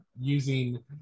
using